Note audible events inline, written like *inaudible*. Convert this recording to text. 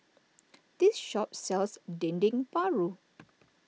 *noise* this shop sells Dendeng Paru